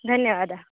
धन्यवादः